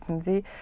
Sie